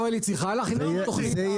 אבל היא צריכה להכין תוכנית אב.